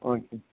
okay